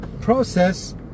process